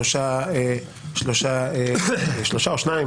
שלושה או שניים